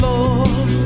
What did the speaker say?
Lord